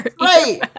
Right